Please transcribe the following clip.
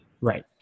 Right